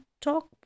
talk